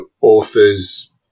authors